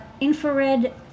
infrared